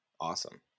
awesome